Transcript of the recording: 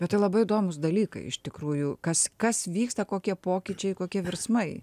bet tai labai įdomūs dalykai iš tikrųjų kas kas vyksta kokie pokyčiai kokie virsmai